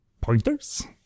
pointers